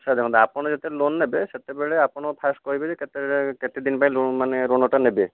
sir ଦେଖନ୍ତୁ ଆପଣ ଯେତେବେଳେ ଲୋନ ନେବେ ସେତେବେଳେ ଆପଣ ଫାଷ୍ଟ କହିବେ କେତେବେଳେ କେତେଦିନ ପାଇଁ ଲୋନ ମାନେ ଋଣ ଟା ନେବେ